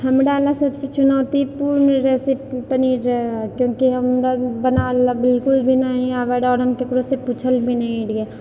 हमरा लए सबसँ चुनौतीपूर्ण रेसिपी पनीर रहै किआकि हमरा बना ला बिलकुल भी नहि आबै रहै आओर हम ककरोसँ पूछल भी नहि रहियै